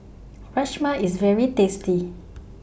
Rajma IS very tasty